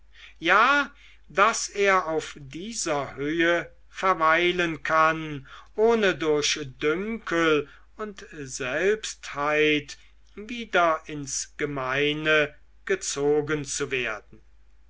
ja daß er auf dieser höhe verweilen kann ohne durch dünkel und selbstheit wieder ins gemeine gezogen zu werden